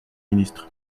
ministre